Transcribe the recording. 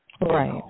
Right